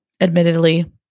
admittedly